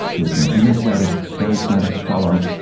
he was an energetic, charismatic fellow,